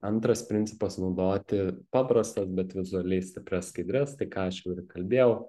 antras principas naudoti paprastas bet vizualiai stiprias skaidres tai ką aš jau ir kalbėjau